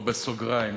לא בסוגריים,